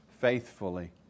faithfully